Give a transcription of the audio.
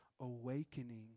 awakening